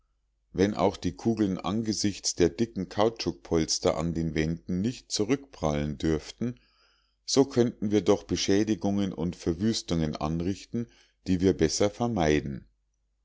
wenn auch die kugeln angesichts der dicken kautschukpolster an den wänden nicht zurückprallen dürften so könnten wir doch beschädigungen und verwüstungen anrichten die wir besser vermeiden